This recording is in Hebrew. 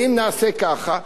ואם נעשה ככה?